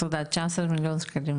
תודה רבה, תקציב יפה.